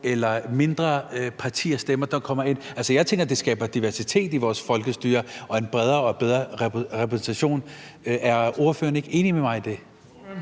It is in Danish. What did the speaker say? eller mindre partiers stemmer, der kommer ind. Jeg tænker, at det skaber diversitet i vores folkestyre og en bredere og bedre repræsentation. Er ordføreren ikke enig med mig i det?